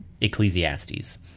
Ecclesiastes